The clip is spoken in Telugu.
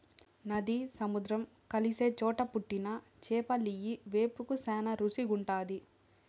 నది, సముద్రం కలిసే చోట పుట్టిన చేపలియ్యి వేపుకు శానా రుసిగుంటాది